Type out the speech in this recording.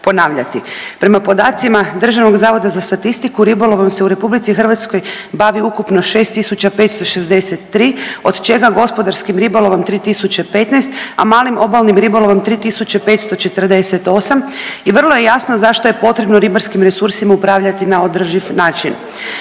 ponavljati. Prema podacima DZS ribolovom se u RH bavi ukupno 6.563 od čega gospodarskim ribolovom 3.015, a malim obalnim ribolovom 3.548 i vrlo je jasno zašto je potrebno ribarskim resursima upravljati na održiv način.